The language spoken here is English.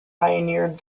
pioneered